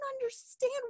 understand